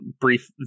brief